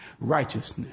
Righteousness